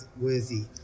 worthy